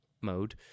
mode